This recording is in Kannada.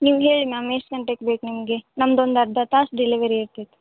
ನಿಮ್ಗೆ ಹೇಗೆ ಮ್ಯಾಮ್ ಎಷ್ಟು ಗಂಟೆಗೆ ಬೇಕು ನಿಮಗೆ ನಮ್ದೊಂದು ಅರ್ಧ ತಾಸು ಡಿಲೆವರಿ ಆಕೇತಿ